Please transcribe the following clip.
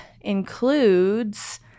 includes